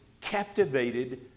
captivated